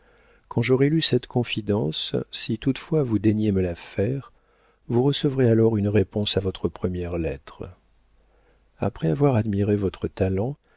quand j'aurai lu cette confidence si toutefois vous daignez me la faire vous recevrez alors une réponse à votre première lettre après avoir admiré votre talent